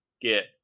get